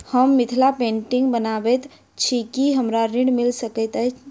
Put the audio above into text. हम मिथिला पेंटिग बनाबैत छी की हमरा ऋण मिल सकैत अई?